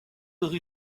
rue